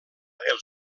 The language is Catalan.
els